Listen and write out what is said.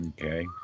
Okay